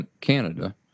Canada